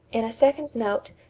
in a second note,